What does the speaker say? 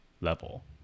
level